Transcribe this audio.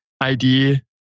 ID